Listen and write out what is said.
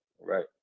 Right